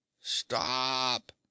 Stop